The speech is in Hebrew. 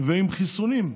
ועם חיסונים.